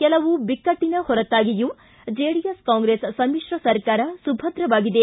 ಕೆಲವು ಬಿಕ್ಕಟ್ಟನ ಹೊರತಾಗಿಯೂ ಜೆಡಿಎಸ್ ಕಾಂಗ್ರೆಸ್ ಸಮಿತ್ರ ಸರ್ಕಾರ ಸುಭದ್ರವಾಗಿದೆ